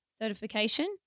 certification